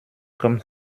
kommt